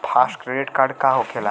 Fast credit का होखेला?